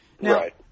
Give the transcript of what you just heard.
Right